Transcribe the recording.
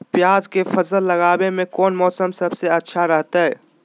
प्याज के फसल लगावे में कौन मौसम सबसे अच्छा रहतय?